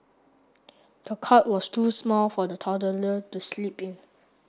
the cot was too small for the toddler to sleep in